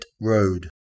Road